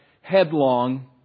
headlong